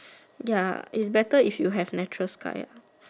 ya is better if you have natural sky lah